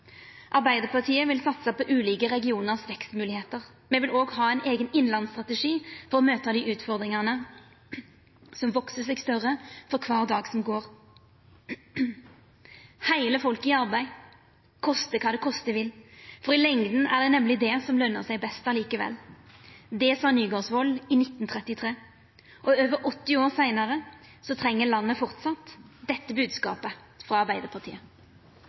Arbeidarpartiet vil satsa på vekstmoglegheitene i ulike regionar. Me vil òg ha ein eigen innlandsstrategi for å møta dei utfordringane som veks seg større for kvar dag som går. «Hele folket i arbeide, koste hvad det koste vil. For i lengden er det nemlig det som lønner sig best allikevel», sa Nygaardsvold i 1933. Og over 80 år seinare treng landet framleis denne bodskapen frå Arbeidarpartiet.